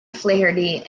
flaherty